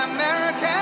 American